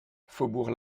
faubourg